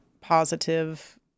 positive